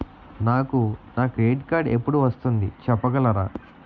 నాకు నా credit card ఎపుడు వస్తుంది చెప్పగలరా?